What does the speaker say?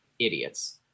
idiots